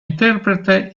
interprete